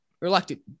reluctant